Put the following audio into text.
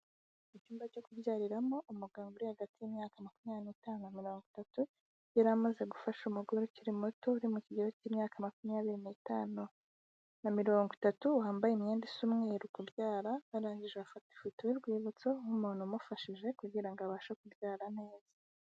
Icyumba cyo kubyariramo, umuganga uri hagati y'imyaka makumyabiri n'itanu na mirongo itatu, yari amaze gufasha umugore ukiri muto uri mu kigero cy'imyaka makumyabiri n'itanu na mirongo itatu wambaye imyenda isa umweru kubyara, barangije bafata ifoto y'urwibutso nk'umuntu umufashije kugira ngo abashe kubyara neza.